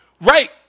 Right